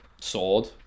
sword